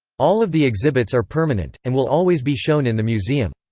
all of the exhibits are permanent, and will always be shown in the museum.